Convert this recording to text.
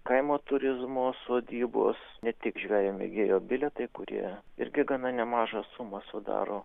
kaimo turizmo sodybos ne tik žvejo mėgėjo bilietai kurie irgi gana nemažą sumą sudaro